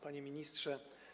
Panie Ministrze!